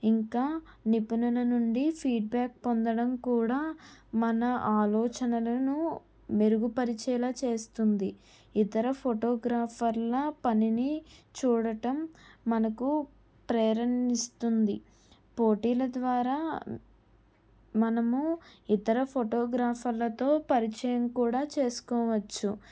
ఇంకా నిపుణుల నుండి ఫీడ్బ్యాక్ పొందడం కూడా మన ఆలోచనలను మెరుగుపరిచేలా చేస్తుంది ఇతర ఫోటోగ్రాఫర్ల పనిని చూడటం మనకు ప్రేరణనిస్తుంది పోటీల ద్వారా మనము ఇతర ఫోటోగ్రాఫర్లతో పరిచయం కూడా చేసుకోవచ్చు